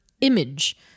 image